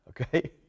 Okay